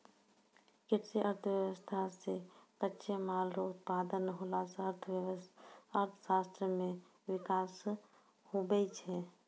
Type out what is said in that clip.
कृषि अर्थशास्त्र से कच्चे माल रो उत्पादन होला से अर्थशास्त्र मे विकास हुवै छै